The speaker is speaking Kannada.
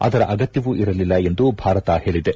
ಅದರ ಅಗತ್ತವೂ ಇರಲಿಲ್ಲ ಎಂದು ಭಾರತ ಹೇಳಿದೆ